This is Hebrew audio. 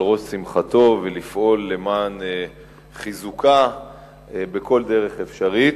ראש שמחתו לפעול למען חיזוקה בכל דרך אפשרית.